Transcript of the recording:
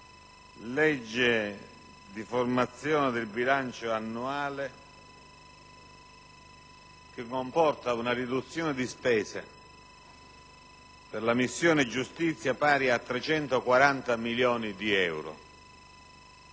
legge di formazione del bilancio annuale che comporta una riduzione di spesa per la missione giustizia pari a 340 milioni di euro.